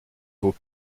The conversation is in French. vos